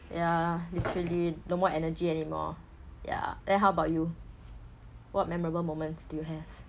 yeah literally no more energy anymore ya then how about you what memorable moments do you have